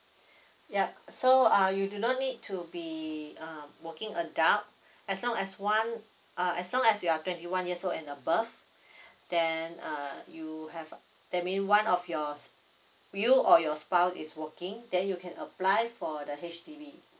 ya so uh you do not need to be a working adult as long as one uh as long as you're twenty one years old and above then err you have that mean one of your you or your spouse is working then you can apply for the H_D_B